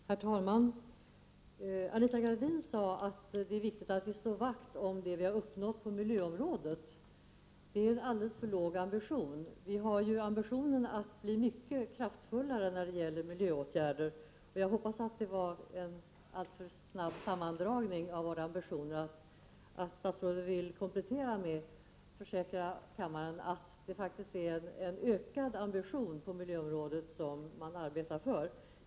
Herr talman! Anita Gradin sade att det är viktigt att vi slår vakt om det vi uppnått på miljöområdet. Det är en alldeles för låg ambition. Vi har ju ambitionen att bli mycket kraftfullare när det gäller miljöåtgärder, och jag hoppas att detta var en alltför snabb sammandragning av våra ambitioner och att statsrådet vill komplettera vad hon sade med att försäkra kammaren att det faktiskt är en ökad ambition på miljöområdet som man arbetar för.